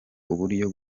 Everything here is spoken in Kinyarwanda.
uburyo